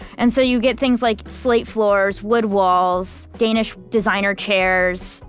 and so you get things like slate floors, wood walls, danish designer chairs,